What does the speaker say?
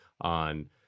on